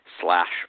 slash